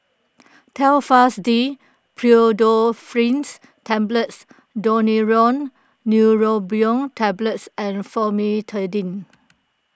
Telfast D Pseudoephrine Tablets Daneuron Neurobion Tablets and Famotidine